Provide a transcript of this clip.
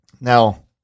Now